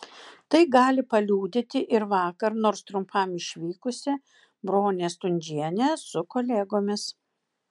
tai gali paliudyti ir vakar nors trumpam išvykusi bronė stundžienė su kolegomis